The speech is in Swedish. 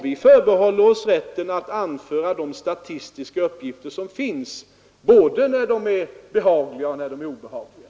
Vi förbehåller oss rätten att anföra de statistiska uppgifter som finns, både när de är behagliga och när de är obehagliga.